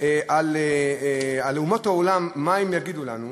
על אומות העולם, מה הן יגידו לנו.